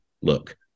look